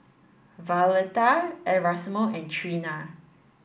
Violetta Erasmo and Trena